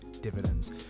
dividends